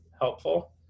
helpful